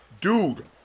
Dude